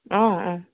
অ' অ